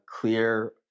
clear